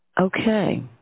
Okay